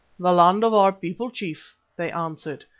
the land of our people, chief, they answered,